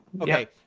Okay